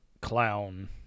clown